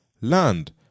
Land